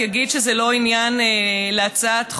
יגיד שזה לא עניין להצעת חוק.